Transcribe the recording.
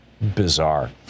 bizarre